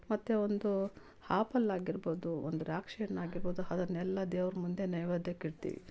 ಮತ್ತು ಒಂದು ಹಾಪಲ್ ಆಗಿರ್ಬೋದು ಒಂದು ದ್ರಾಕ್ಷಿ ಹಣ್ಣು ಆಗಿರ್ಬೋದು ಅದನ್ನೆಲ್ಲಾ ದೇವ್ರ ಮುಂದೆ ನೈವೇದ್ಯಕ್ಕೆ ಇಡ್ತಿವಿ